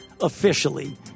officially